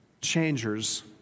changers